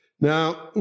Now